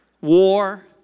war